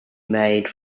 made